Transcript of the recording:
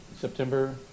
September